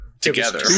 together